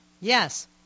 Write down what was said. Yes